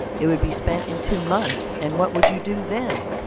it would be spent in two months, and what would you do then?